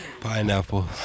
pineapple